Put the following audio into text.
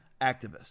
activists